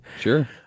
Sure